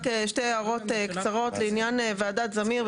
רק שתי הערות קצרות לעניין ועדת זמיר.